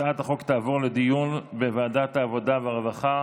הצעת החוק תעבור לדיון בוועדת העבודה, הרווחה